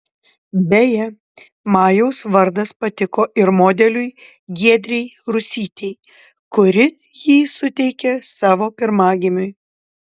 beje majaus vardas patiko ir modeliui giedrei rusytei kuri jį suteikė savo pirmagimiui